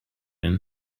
and